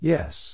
Yes